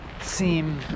seem